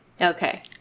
Okay